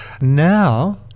Now